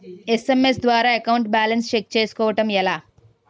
SMS ద్వారా account balance check చేసుకోవటం ఎలా?